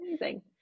amazing